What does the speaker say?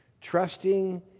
Trusting